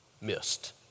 missed